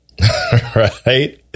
Right